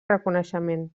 reconeixement